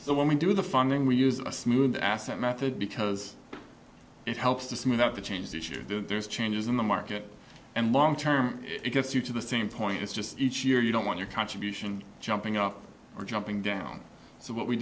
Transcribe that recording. so when we do the funding we use a smooth asset method because it helps to smooth out the change this year there's changes in the market and long term it gets you to the same point it's just each year you don't want your contribution jumping up or jumping down so what we